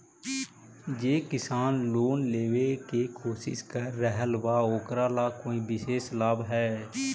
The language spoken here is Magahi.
जे किसान लोन लेवे के कोशिश कर रहल बा ओकरा ला कोई विशेष लाभ हई?